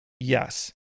yes